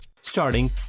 Starting